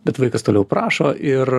bet vaikas toliau prašo ir